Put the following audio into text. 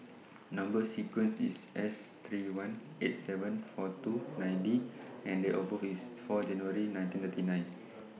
Number sequence IS S three one eight seven four two nine D and Date of birth IS four January nineteen thirty nine